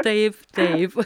taip taip